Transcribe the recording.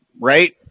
right